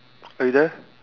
are you there